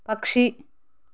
పక్షి